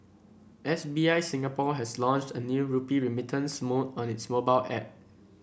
S B I Singapore has launched a new rupee remittance mode on its mobile app